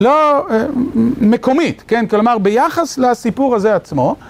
לא מקומית, כן, כלומר ביחס לסיפור הזה עצמו.